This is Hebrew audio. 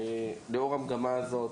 לאור המגמה הזו,